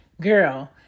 girl